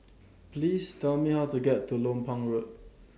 Please Tell Me How to get to Lompang Road